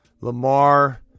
Lamar